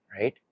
right